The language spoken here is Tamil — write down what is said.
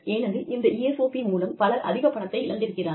ஏனெனில் இந்த ESOP மூலம் பலர் அதிகப் பணத்தை இழந்திருக்கிறார்கள்